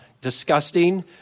disgusting